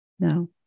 No